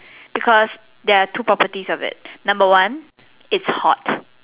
because there are two properties of it number one its hot